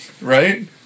right